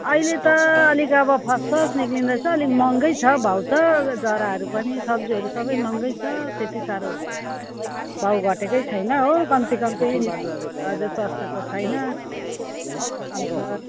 अहिले त अलिक अब फर्स्ट फर्स्ट निस्किँदैछ अलिक महँगो छ भाउ त जराहरू पनि सब्जीहरू सबै महँगो छ त्यति साह्रो भाउ घटेको छैन हो कम्ती कम्ती हजुर सस्तो त छैन अन्त